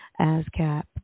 ASCAP